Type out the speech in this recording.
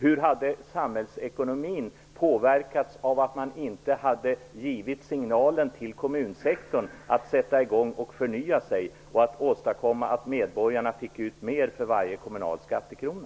Hur hade samhällsekonomin påverkats av att man inte hade givit signalen till kommunsektorn att sätta i gång och förnya sig och åstadkomma att medborgarna fick mer för varje kommunal skattekrona?